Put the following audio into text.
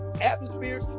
atmosphere